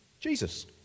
Jesus